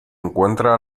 encuentra